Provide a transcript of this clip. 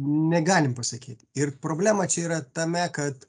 negalim pasakyt ir problema čia yra tame kad